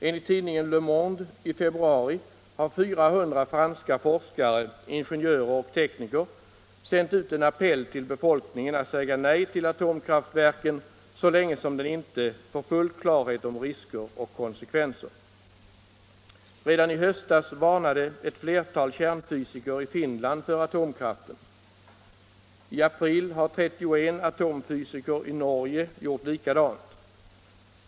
Enligt tidningen Le Monde i februari har 400 franska forskare, ingenjörer och tekniker sänt ut en appell till befolkningen att säga nej till atomkraften så länge den inte får full klarhet om risker och konsekvenser. Redan i höstas varnade ett flertal kärnfysiker i Finland för atomkraften. I april gjorde 31 atomfysiker i Norge likadant.